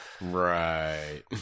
Right